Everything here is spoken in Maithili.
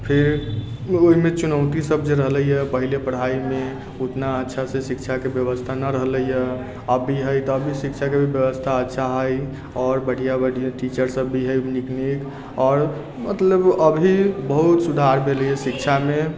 फेर ओहिमे चुनौतीसब जे रहलैए पहिले पढ़ाइमे ओतना अच्छासँ शिक्षाके बेबस्था नहि रहलैए अभी हइ तऽ अभी शिक्षाके भी बेबस्था अच्छा हइ आओर बढ़िआँ बढ़िआँ टीचरसब भी हइ नीक नीक आओर मतलब अभी बहुत सुधार भेलै हइ शिक्षामे